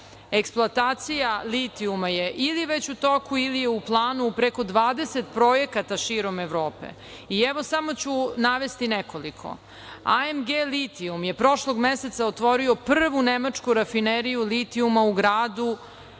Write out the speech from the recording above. eksploatacija litijuma je ili već u toku ili je u planu u preko 20 projekata širom Evrope. Evo, samo ću navesti neko, AMG „Litijum“ je prošlog meseca otvorio prvu nemačku rafineriju litijuma u gradu